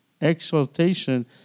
exaltation